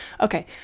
Okay